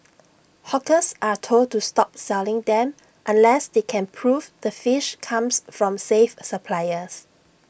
hawkers are told to stop selling them unless they can prove the fish comes from safe suppliers